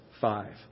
five